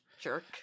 jerk